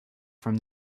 from